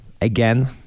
again